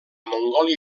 mongòlia